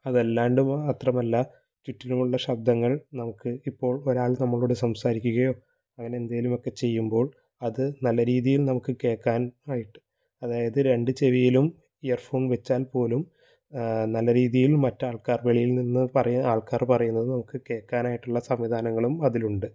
അത് അല്ലാതെ മാത്രമല്ല ചുറ്റിലുമുള്ള ശബ്ദങ്ങൾ നമുക്ക് ഇപ്പോൾ ഒരാൾ നമ്മളോട് സംസാരിക്കുകയോ അങ്ങിനെ എന്തെങ്കിലുമൊക്കെ ചെയ്യുമ്പോൾ അത് നല്ല രീതിയിൽ നമുക്ക് കേൾക്കാൻ ആയിട്ട് അതായത് രണ്ടു ചെവിയിലും ഇയർഫോൺ വച്ചാൽ പോലും നല്ല രീതിയിൽ മറ്റ് ആൾക്കാർ വെളിയിൽ നിന്നു പറയുന്നത് ആൾക്കാർ പറയുന്നതു കേൾക്കാനയിട്ടുള്ള സംവിധാനങ്ങളും അതിലുണ്ട്